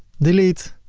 delete